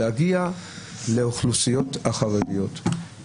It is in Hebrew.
להגיע לאוכלוסיות חרדיות,